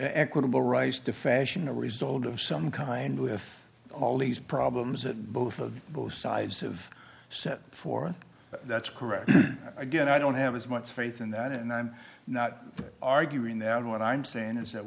equitable rights to fashion a result of some kind with all these problems that both of both sides of set forth that's correct again i don't have as much faith in that and i'm not arguing that what i'm saying is that